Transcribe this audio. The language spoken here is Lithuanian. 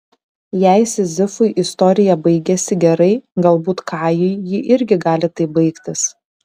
jei sizifui istorija baigėsi gerai galbūt kajui ji irgi gali taip baigtis